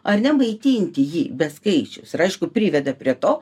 ar ne maitinti jį beskaičius ir aišku priveda prie to